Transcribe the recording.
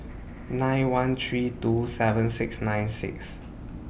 nine one three two seven six nine six